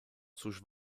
cóż